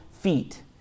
feet